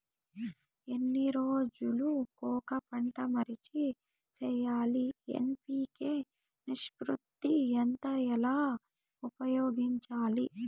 ఎన్ని రోజులు కొక పంట మార్చి సేయాలి ఎన్.పి.కె నిష్పత్తి ఎంత ఎలా ఉపయోగించాలి?